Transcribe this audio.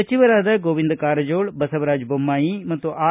ಸಚಿವರಾದ ಗೋವಿಂದ ಕಾರಜೋಳ ಬಸವರಾಜ ಬೊಮ್ಲಾಯಿ ಮತ್ತು ಆರ್